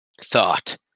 thought